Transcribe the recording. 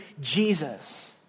Jesus